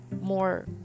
more